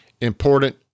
important